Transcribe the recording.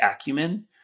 acumen